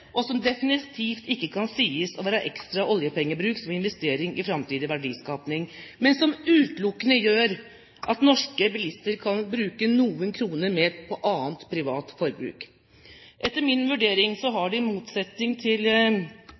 og som definitivt ikke kan sies å være ekstra oljepengebruk som investering i framtidig verdiskaping, men som utelukkende gjør at norske bilister kan bruke noen kroner mer på annet privat forbruk. Etter min vurdering har de lokale fremskrittspartipolitikerne som går for dette, skjønt poenget, i motsetning til